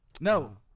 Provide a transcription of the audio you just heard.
No